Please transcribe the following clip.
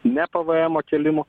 ne p v emo kėlimu